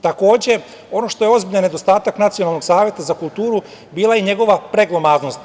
Takođe, ono što je ozbiljan nedostatak Nacionalnog saveta za kulturu bila je i njegova preglomaznost.